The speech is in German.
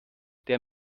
der